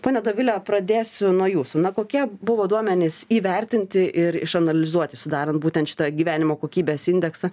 ponia dovile pradėsiu nuo jūsų na kokie buvo duomenis įvertinti ir išanalizuoti sudarant būtent šitą gyvenimo kokybės indeksą